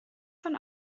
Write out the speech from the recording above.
von